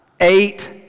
eight